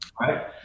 Right